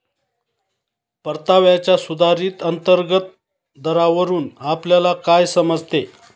परताव्याच्या सुधारित अंतर्गत दरावरून आपल्याला काय समजते?